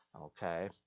Okay